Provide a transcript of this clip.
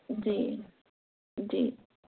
جی جی